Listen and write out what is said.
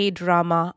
drama